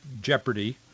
Jeopardy